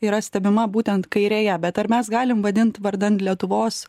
yra stebima būtent kairėje bet ar mes galim vadint vardan lietuvos